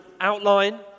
outline